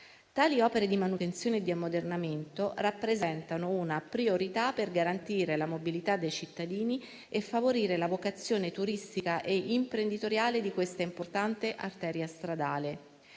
Tali opere di manutenzione e di ammodernamento rappresentano una priorità per garantire la mobilità dei cittadini e favorire la vocazione turistica e imprenditoriale di questa importante arteria stradale.